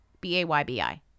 B-A-Y-B-I